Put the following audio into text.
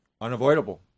unavoidable